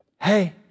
Hey